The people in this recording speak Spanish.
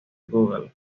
google